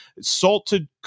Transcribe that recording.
Salted